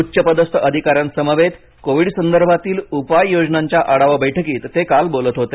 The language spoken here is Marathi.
उच्चपदस्थ अधिकाऱ्यांसमवेत कोविड संदर्भातील उपाययोजनांच्या आढावा बैठकीत ते काल बोलत होते